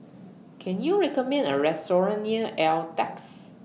Can YOU recommend Me A Restaurant near Altez